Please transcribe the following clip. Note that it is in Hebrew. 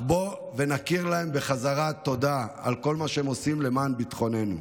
אבל בואו נכיר להם טובה על כל מה שהם עושים למען ביטחוננו,